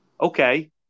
okay